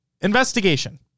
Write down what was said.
Investigation